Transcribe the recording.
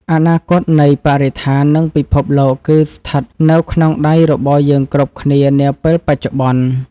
អនាគតនៃបរិស្ថាន និងពិភពលោកគឺស្ថិតនៅក្នុងដៃរបស់យើងគ្រប់គ្នានាពេលបច្ចុប្បន្ន។